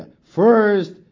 First